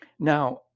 Now